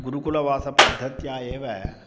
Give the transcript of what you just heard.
गुरुकुलवासपद्धत्या एव